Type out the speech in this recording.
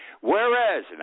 whereas